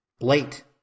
late